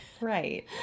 Right